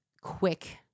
quick